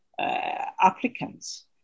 applicants